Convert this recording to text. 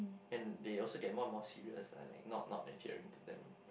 and they also get more and more serious ah like not not adhering to them